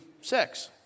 sex